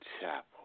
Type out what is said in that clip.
Chapel